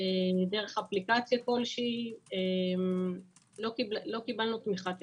דרך אפליקציה כלשהי, לא קיבלנו תמיכה טכנית.